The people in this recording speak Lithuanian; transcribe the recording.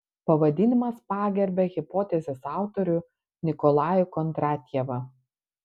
pavadinimas pagerbia hipotezės autorių nikolajų kondratjevą